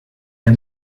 der